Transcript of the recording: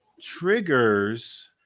triggers